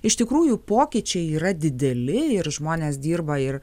iš tikrųjų pokyčiai yra dideli ir žmonės dirba ir